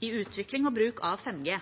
i utvikling og bruk av 5G.